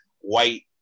white